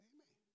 Amen